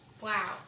wow